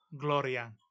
Gloria